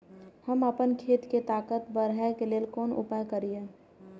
हम आपन खेत के ताकत बढ़ाय के लेल कोन उपाय करिए?